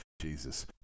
Jesus